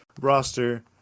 roster